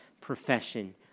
profession